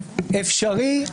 אפשרי,